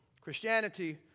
Christianity